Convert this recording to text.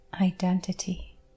identity